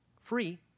free